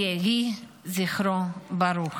יהי זכרו ברוך.